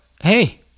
hey